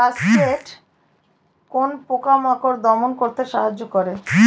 Cascade কোন পোকা মাকড় দমন করতে সাহায্য করে?